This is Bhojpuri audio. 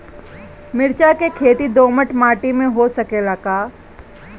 मिर्चा के खेती दोमट माटी में हो सकेला का?